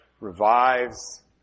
revives